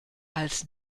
als